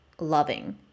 loving